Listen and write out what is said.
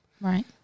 Right